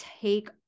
take